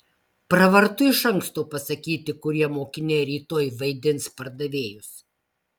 pravartu iš anksto pasakyti kurie mokiniai rytoj vaidins pardavėjus